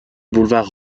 boulevard